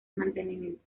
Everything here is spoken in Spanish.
mantenimiento